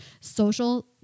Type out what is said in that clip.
social